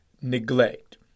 neglect